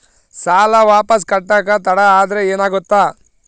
ಸಾಲ ವಾಪಸ್ ಕಟ್ಟಕ ತಡ ಆದ್ರ ಏನಾಗುತ್ತ?